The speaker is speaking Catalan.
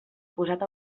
posat